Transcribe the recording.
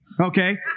okay